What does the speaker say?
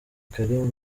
karim